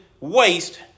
waste